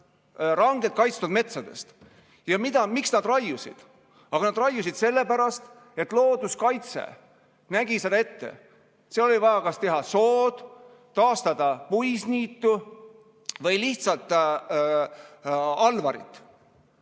rangelt kaitstud metsadest. Ja miks nad raiusid? Nad raiusid sellepärast, et looduskaitse nägi seda ette. Seal oli vaja kas teha sood, taastada puisniitu või lihtsalt alvarit